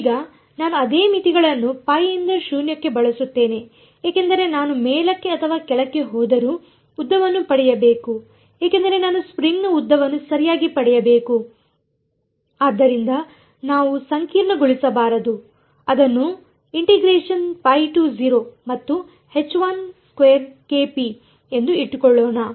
ಈಗ ನಾನು ಅದೇ ಮಿತಿಗಳನ್ನು ಪೈ ಇಂದ ಶೂನ್ಯಕ್ಕೆ ಬಳಸುತ್ತೇನೆ ಏಕೆಂದರೆ ನಾನು ಮೇಲಕ್ಕೆ ಅಥವಾ ಕೆಳಕ್ಕೆ ಹೋದರೂ ಉದ್ದವನ್ನು ಪಡೆಯಬೇಕು ಏಕೆಂದರೆ ನಾನು ಸ್ಟ್ರಿಂಗ್ನ ಉದ್ದವನ್ನು ಸರಿಯಾಗಿ ಪಡೆಯಬೇಕು ಆದ್ದರಿಂದ ಆದ್ದರಿಂದ ನಾವು ಸಂಕೀರ್ಣಗೊಳಿಸಬಾರದು ಅದನ್ನು ಮತ್ತು ಎಂದು ಇಟ್ಟುಕೊಳ್ಳೋಣ